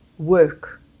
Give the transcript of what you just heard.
work